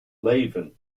leuven